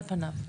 על פניו.